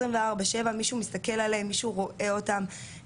וזה יוצר לנו כאנשי טיפול את הקושי .